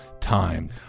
time